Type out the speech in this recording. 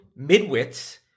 midwits